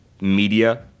media